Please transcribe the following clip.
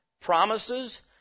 promises